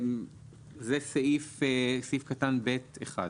מי סעיף קטן (ב)(1)?